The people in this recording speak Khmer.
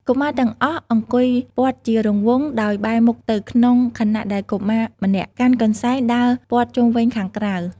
កុមារទាំងអស់អង្គុយព័ទ្ធជារង្វង់ដោយបែរមុខទៅក្នុង ខណៈដែលកុមារម្នាក់កាន់កន្សែងដើរព័ទ្ធជុំវិញខាងក្រៅ។